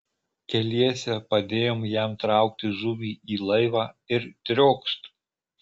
keliese padėjom jam traukti žuvį į laivą ir triokšt